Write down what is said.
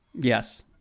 Yes